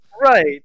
Right